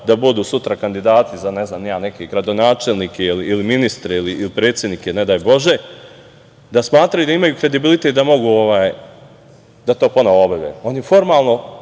da butu sutra kandidati za ne znam ni ja neke gradonačelnike ili ministri ili predsednike, ne daj bože, da smatraju da imaju kredibilitet da mogu da to ponovo obavljaju. Oni formalno